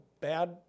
bad